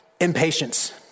impatience